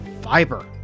Fiber